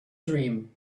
dream